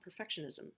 perfectionism